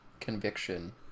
conviction